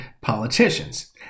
politicians